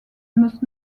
must